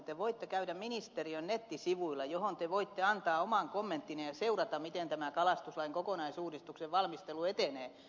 te voitte käydä ministeriön nettisivuilla joilla te voitte antaa oman kommenttinne ja seurata miten kalastuslain kokonaisuudistuksen valmistelu etenee